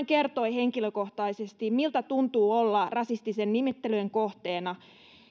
kertoi henkilökohtaisesti miltä tuntuu olla rasistisen nimittelyn kohteena